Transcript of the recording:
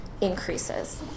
increases